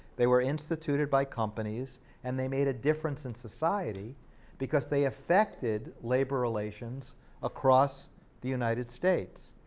they were instituted by companies and they made a difference in society because they affected labor relations across the united states.